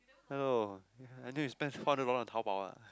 hello I knew you spent four hundred dollar on Taobao ah